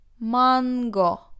mango